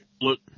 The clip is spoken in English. look